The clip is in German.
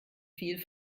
viel